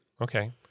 Okay